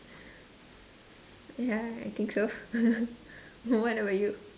yeah I think so what about you